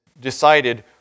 decided